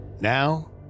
now